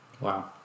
Wow